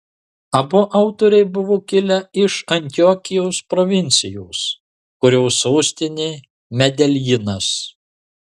abu autoriai buvo kilę iš antiokijos provincijos kurios sostinė medeljinas